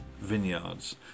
vineyards